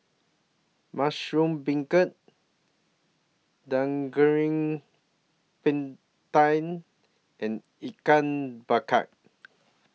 Mushroom Beancurd Daging Penyet and Ian Bkar